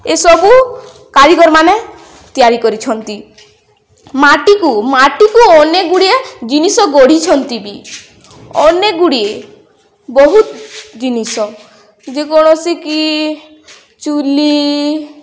ଏସବୁ କାରିଗରମାନେ ତିଆରି କରିଛନ୍ତି ମାଟିକୁ ମାଟିକୁ ଅନେକ ଗୁଡ଼ିଏ ଜିନିଷ ଗଢ଼ିଛନ୍ତି ବି ଅନେକ ଗୁଡ଼ିଏ ବହୁତ ଜିନିଷ ଯେକୌଣସି କି ଚୁଲି